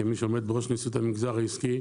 כמי שעומד בראש נשיאות המגזר העסקי,